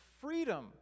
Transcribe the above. freedom